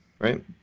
right